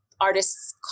artists